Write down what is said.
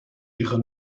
ihre